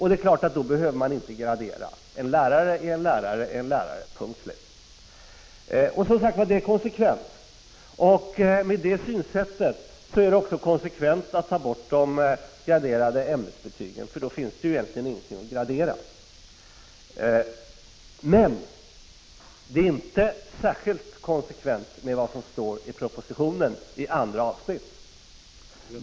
Det är klart att man då inte behöver gradera: en lärare är en lärare är en lärare — punkt, slut. Detta är som sagt konsekvent. Med det synsättet är det också konsekvent att ta bort de graderade ämnesbetygen, för då finns ju egentligen ingenting att gradera. Men det är inte särskilt konsekvent med tanke på vad som står i propositionen i andra avsnittet.